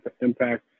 impact